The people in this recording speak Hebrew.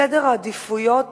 סדר העדיפויות